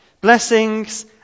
blessings